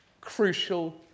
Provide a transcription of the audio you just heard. crucial